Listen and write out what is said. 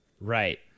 right